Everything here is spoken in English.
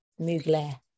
Mugler